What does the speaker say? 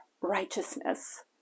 righteousness